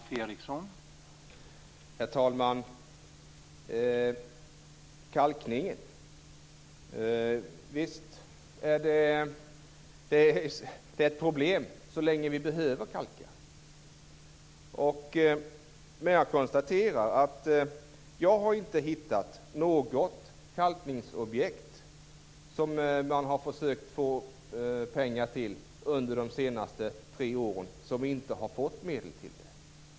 Herr talman! Kalkningen är ett problem så länge vi behöver kalka. Men jag konstaterar att jag inte hittat något kalkningsobjekt som man har försökt få pengar till under de senaste tre åren som inte fått medel.